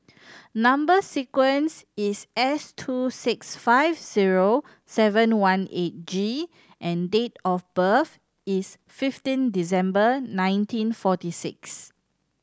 number sequence is S two six five zero seven one eight G and date of birth is fifteen December nineteen forty six